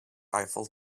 eiffel